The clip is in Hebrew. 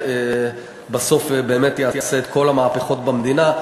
שבסוף באמת יעשה את כל המהפכות במדינה.